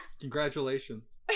Congratulations